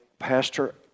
Pastor